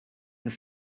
and